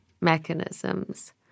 mechanisms